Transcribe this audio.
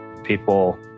people